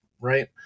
right